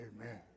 Amen